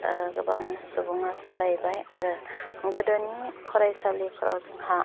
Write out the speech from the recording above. गोबां सुबुङा सोलायबाय आरो गोदोनि फरायसालिफोराव जोंहा